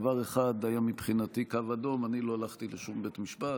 דבר אחד היה מבחינתי קו אדום: אני לא הלכתי לשום בית משפט.